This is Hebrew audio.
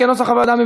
כנוסח הוועדה.